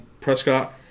Prescott